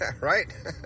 Right